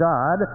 God